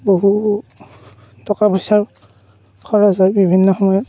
বহু টকা পইচাৰ খৰচ হয় বিভিন্ন সময়ত